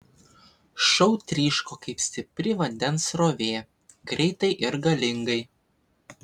šou tryško kaip stipri vandens srovė greitai ir galingai